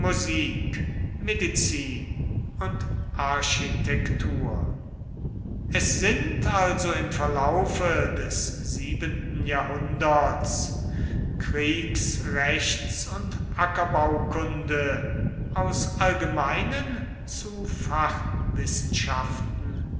medizin und architektur es sind also im verlaufe des siebenten jahrhunderts kriegs rechts und ackerbaukunde aus allgemeinen zu